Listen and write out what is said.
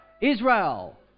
Israel